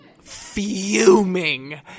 fuming